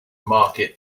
market